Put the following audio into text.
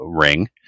ring